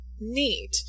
neat